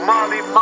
Molly